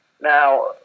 Now